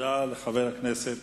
תודה לחבר הכנסת